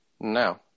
no